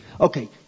Okay